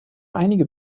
einige